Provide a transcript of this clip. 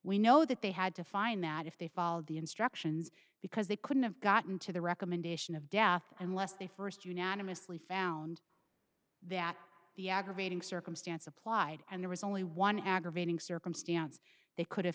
we know that they had to find that if they followed the instructions because they couldn't have gotten to the recommendation of death unless they st unanimously found that the aggravating circumstance applied and there is only one aggravating circumstance they could